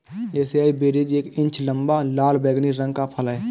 acai berries एक इंच लंबा, लाल बैंगनी रंग का फल है